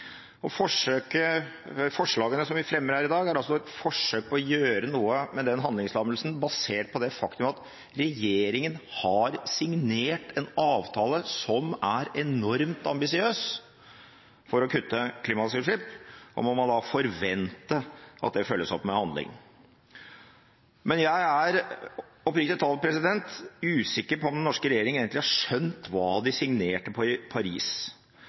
Forslagene som vi fremmer her i dag, er altså et forsøk på å gjøre noe med den handlingslammelsen basert på det faktum at regjeringen har signert en avtale som er enormt ambisiøs for å kutte klimagassutslipp, og man må da forvente at det følges opp med handling. Men jeg er oppriktig talt usikker på om den norske regjering har skjønt hva de signerte på i Paris.